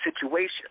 situation